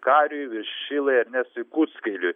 kariui viršilai ernestui puskairiui